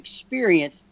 experience